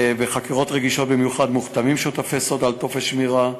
בחקירות רגישות מיוחד מוחתמים שותפי סוד על טופס שמירה,